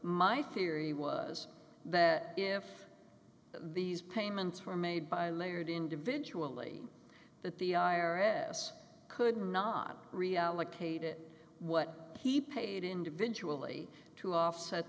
my theory was that if these payments were made by laird individually that the i r s could not reallocate it what he paid individually to offset